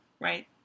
right